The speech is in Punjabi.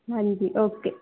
ਹਾਂਜੀ ਓਕੇ